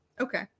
okay